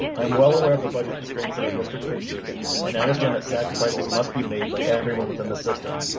i'm well aware of the budget constraints that our district faces and understand that sacrifices must be made by everyone within the system.